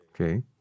Okay